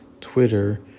Twitter